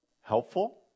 helpful